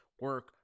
Work